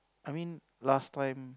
I mean last time